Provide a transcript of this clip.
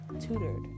tutored